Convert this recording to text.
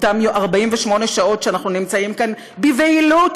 אותן 48 שעות שאנחנו נמצאים כאן בבהילות,